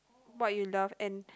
what you love and